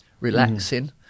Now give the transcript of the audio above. relaxing